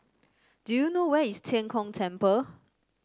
do you know where is Tian Kong Temple